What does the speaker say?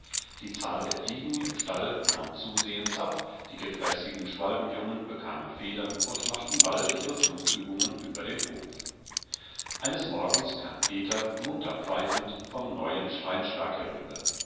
die zahl der fliegen im stall nahm zusehends ab die gefräßigen schwalbenjungen bekamen federn und machten bald ihre flugübungen über dem hof eines morgens kam peter munter pfeifend vom neuen steinschlag herüber